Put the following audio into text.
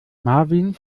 marvin